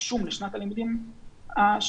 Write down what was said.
הרישום לשנת הלימודים הבאה,